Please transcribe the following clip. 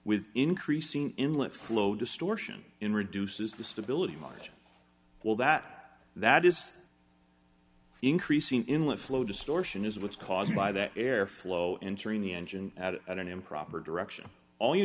with increasing inlet flow distortion in reduces the stability much well that that is increasing in lift flow distortion is what's caused by the airflow interim the engine at an improper direction all you